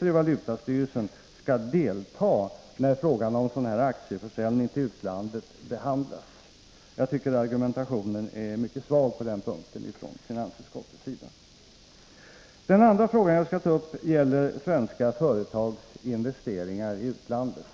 i valutastyrelsen skall få delta när frågor om aktieförsäljning till utlandet behandlas. Jag tycker att finansutskottets argumentation är mycket svag på den här punkten. Den andra frågan som jag vill ta upp gäller svenska företags investeringar i utlandet.